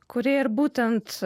kurie ir būtent